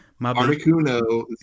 Articuno